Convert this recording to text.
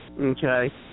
okay